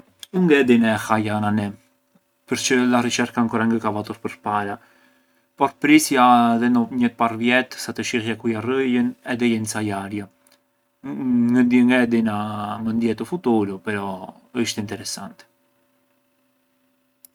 U ngë e di nga e haja nani, përçë la ricerca ancora ngë ka vatur përpara, por prisja edhe njetr parë vjet sa të shihja ku jarrëjën e dejë e ncajarja, ngë e di na mënd jetë u futuru però isht interessanti.